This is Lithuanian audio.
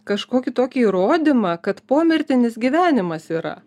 kažkokį tokį įrodymą kad pomirtinis gyvenimas yra